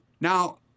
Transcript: Now